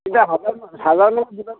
এতিয়া হাজাৰ মান হাজাৰ মানত দিবা